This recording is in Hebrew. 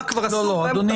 מה כבר עשו --- אדוני,